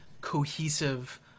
cohesive